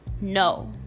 no